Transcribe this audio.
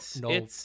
no